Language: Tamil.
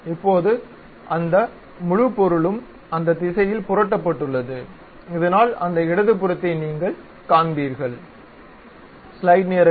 இப்போது அந்த முழு பொருளும் அந்த திசையில் புரட்டப்பட்டுள்ளது இதனால் அந்த இடதுபுறத்தை நீங்கள் காண்பீர்கள்